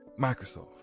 Microsoft